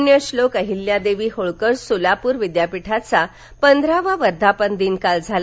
पुण्यश्लोक अहिल्यादेवी होळकर सोलापूर विद्यापीठाचा पंधरावा वर्धापन दिन काल झाला